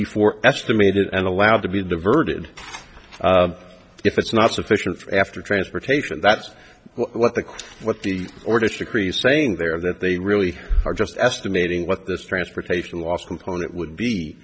before estimated and allowed to be diverted if it's not sufficient after transportation that's what the what the or disagree saying there that they really are just estimating what this transportation loss component would be